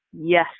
yes